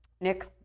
Nick